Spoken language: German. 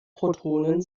protonen